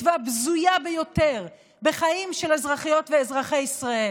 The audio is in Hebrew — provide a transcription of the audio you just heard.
והבזויה ביותר בחיים של אזרחיות ואזרחי ישראל: